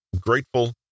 grateful